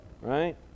right